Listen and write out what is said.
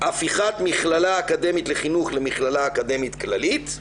הפיכת המכללה האקדמית לחינוך למכללה אקדמית כללית,